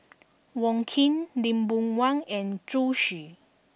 Wong Keen Lee Boon Wang and Zhu Xu